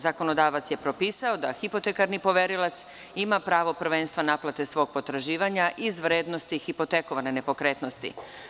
Zakonodavac je propisao da hipotekarni poverilac ima pravo prvenstva naplate svog potraživanja iz vrednosti hipotekovane nepokretnosti.